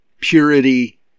purity